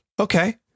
Okay